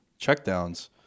checkdowns